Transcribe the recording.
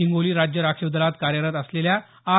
हिंगोली राज्य राखीव दलात कार्यरत असलेल्या आर